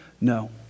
No